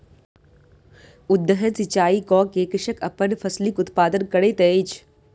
उद्वहन सिचाई कय के कृषक अपन फसिलक उत्पादन करैत अछि